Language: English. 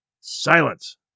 silence